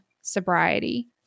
sobriety